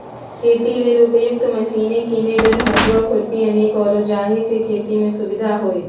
खेती लेल उपयुक्त मशिने कीने लेल हसुआ, खुरपी अनेक आउरो जाहि से खेति में सुविधा होय